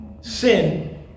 Sin